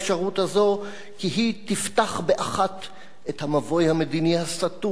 כי היא תפתח באחת את המבוי המדיני הסתום שאנו תקועים בו.